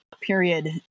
period